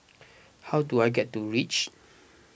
how do I get to Reach